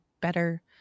better